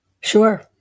Sure